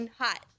hot